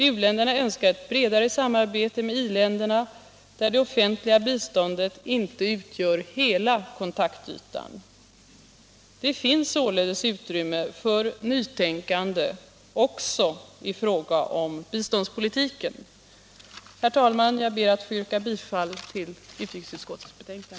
U-länderna önskar ett bredare samarbete med i-län derna, där det offentliga biståndet inte utgör hela kontaktytan. Det finns således utrymme för nytänkande också i fråga om biståndspolitiken. Herr talman! Jag ber att få yrka bifall till utskottets hemställan.